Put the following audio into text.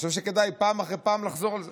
חושב שכדאי פעם אחר פעם לחזור על זה.